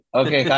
okay